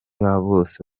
bose